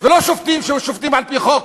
ולא שופטים ששופטים על-פי חוק.